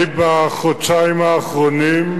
אני, בחודשיים האחרונים,